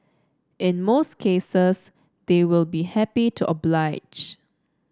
in most cases they will be happy to oblige